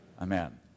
Amen